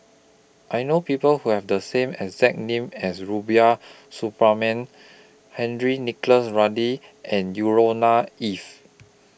I know People Who Have The same exact name as Rubiah Suparman Henry Nicholas Ridley and Yusnor Ef